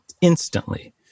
instantly